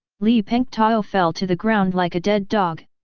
li pengtao fell to the ground like a dead dog,